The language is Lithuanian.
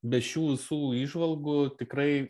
be šių visų įžvalgų tikrai